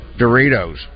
Doritos